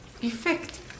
Effect